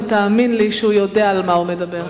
ותאמין לי שהוא יודע על מה הוא מדבר.